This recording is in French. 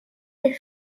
des